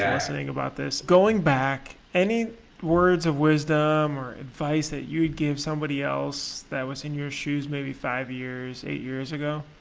listening about this. going back, any words of wisdom or advice that you'd give somebody else that was in your shoes maybe five years, eight years ago?